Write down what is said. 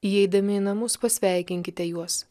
įeidami į namus pasveikinkite juos